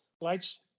lights